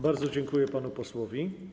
Bardzo dziękuję panu posłowi.